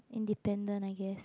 independent I guess